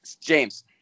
James